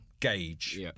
gauge